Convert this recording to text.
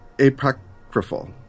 apocryphal